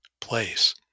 place